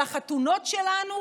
על החתונות שלנו,